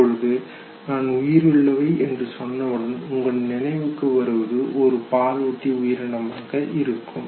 இப்பொழுது நான் உயிருள்ளவை என்று சொன்னவுடன் உங்கள் நினைவுக்கு வருவது ஒரு பாலூட்டி உயிரினமாக இருக்கும்